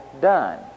done